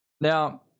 Now